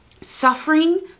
Suffering